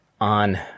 on